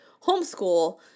homeschool